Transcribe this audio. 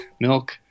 milk